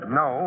no